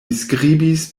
skribis